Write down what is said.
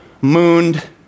mooned